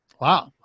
Wow